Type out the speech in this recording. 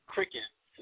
Cricket